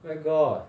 where got